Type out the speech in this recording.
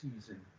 season